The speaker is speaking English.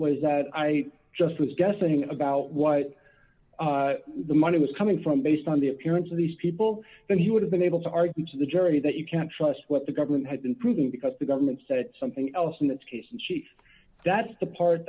was that i just was guessing about what the money was coming from based on the appearance of these people that he would been able to argue to the jury that you can't trust what the government has been proving because the government said something else in this case and she that's the part